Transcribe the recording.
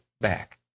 back